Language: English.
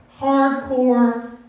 hardcore